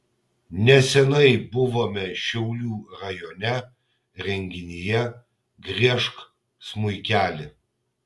neseniai buvome šiaulių rajone renginyje griežk smuikeli